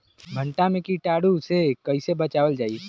भनटा मे कीटाणु से कईसे बचावल जाई?